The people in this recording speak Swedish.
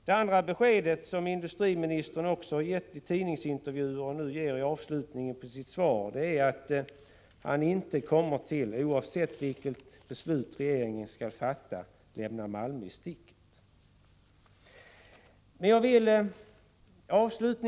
Det andra beskedet, som industriministern också givit i tidningsintervjuer och nu ger i avslutningen på sitt interpellationssvar, är att han oavsett vilket beslut regeringen kommer att fatta inte tänker lämna Malmö i sticket.